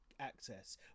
Access